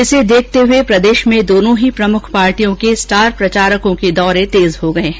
इसे देखते हुए प्रदेश में दोनों ही प्रमुख पार्टियों के स्टार प्रचारकों के दौरे तेज हो गए हैं